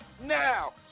now